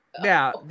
Now